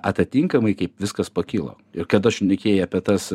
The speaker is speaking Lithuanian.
atitinkamai kaip viskas pakilo ir kada šnekėjai apie tas